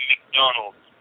McDonald's